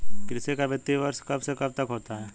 कृषि का वित्तीय वर्ष कब से कब तक होता है?